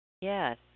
Yes